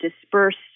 dispersed